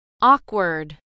Awkward